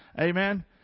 amen